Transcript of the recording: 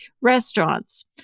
restaurants